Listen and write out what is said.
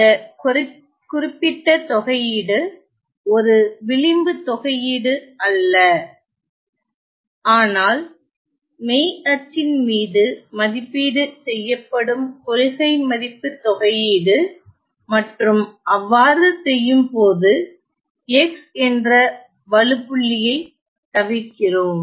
இந்த குறிப்பிட்ட தொகையீடு ஒரு விளிம்பு தொகையீடு அல்ல ஆனால் மெய் அச்சின் மீது மதிப்பீடு செய்யப்படும் கொள்கை மதிப்பு தொகையீடு மற்றும் அவ்வாறு செய்யும்போது x என்ற வழுப்புள்ளியைத் தவிர்க்கிறோம்